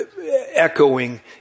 echoing